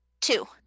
Two